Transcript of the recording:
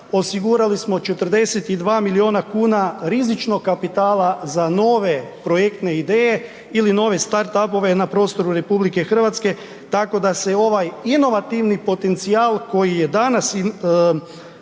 osigurali smo 42 miliona kuna rizičnog kapitala za nove projektne ideje ili nove start up-ove na prostoru RH tako da se ovaj inovativni potencijal koji je danas,